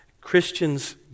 Christians